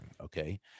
okay